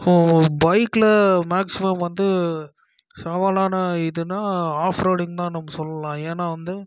இப்போது பைக்கில் மேக்சிமம் வந்து சவாலான இதுனால் ஆஃப் ரோடிங் தான் நம்ம சொல்லலாம் ஏன்னால் வந்து